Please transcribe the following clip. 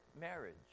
marriage